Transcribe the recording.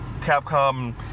Capcom